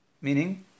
Meaning